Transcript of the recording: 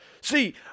See